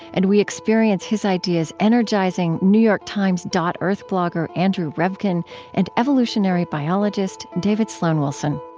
and we experience his ideas energizing new york times dot earth blogger andrew revkin and evolutionary biologist david sloan wilson